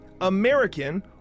American